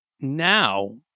now